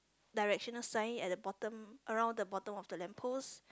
directional sign at the bottom around the bottom of the lamp post